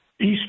east